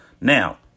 Now